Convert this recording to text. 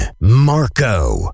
Marco